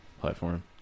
platform